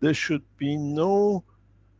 there should be no